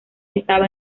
estaba